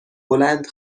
بلند